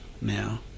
now